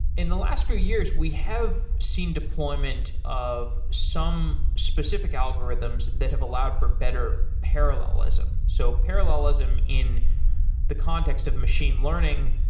in the last few years we have seen deployment of some specific algorithms that have allowed for better parallelism. so parallelism in the context of machine learning,